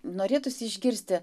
norėtųsi išgirsti